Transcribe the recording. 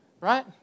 right